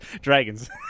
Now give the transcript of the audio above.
Dragons